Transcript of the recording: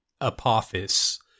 Apophis